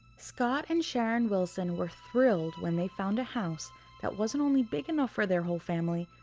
scott and sharon wilson were thrilled when they found a house that wasn't only big enough for their whole family,